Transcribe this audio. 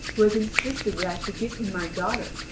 who has insisted that i should give him my daughter,